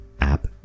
app